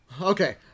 Okay